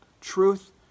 truth